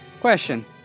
Question